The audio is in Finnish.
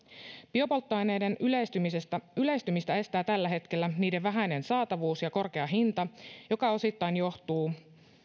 biopolttoaineiden yleistymistä yleistymistä estää tällä hetkellä niiden vähäinen saatavuus ja korkea hinta joka osittain johtuu